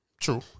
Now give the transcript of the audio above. True